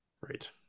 right